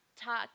talk